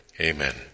Amen